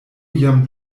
jam